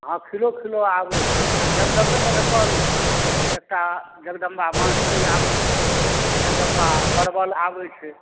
हॅं खिलो खिलो आबै छै जगदम्बेमे तऽ कहलहुँ एकटा जगदम्बा बाँसुरी आबै छै जगदम्बा परमल आबै छै